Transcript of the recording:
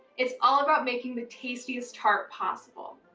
it's all about making the tastiest tart possible.